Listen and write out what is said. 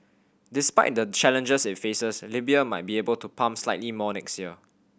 despite the challenges it faces Libya might be able to pump slightly more next year